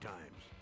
Times